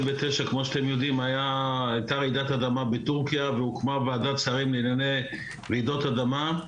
הייתה רעידת אדמה בטורקיה והוקמה ועדת שרים לענייני רעידות אדמה.